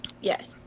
Yes